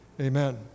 Amen